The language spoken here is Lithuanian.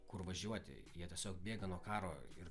kur važiuoti jie tiesiog bėga nuo karo ir